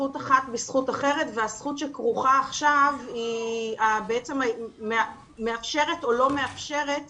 זכות אחת בזכות אחרת והזכות שכרוכה עכשיו למעשה מאפשרת או לא מאפשרת